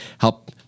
help